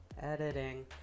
editing